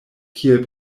kiel